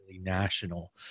national